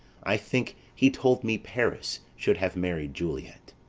i think he told me paris should have married juliet.